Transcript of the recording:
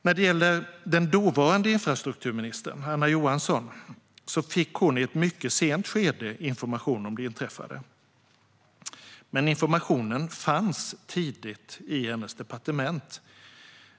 När det gäller den dåvarande infrastrukturministern Anna Johansson fick hon i ett mycket sent skede information om det inträffade, men informationen fanns tidigt i hennes departement.